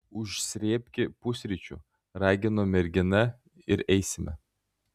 užsrėbki pusryčių ragino mergina ir eisime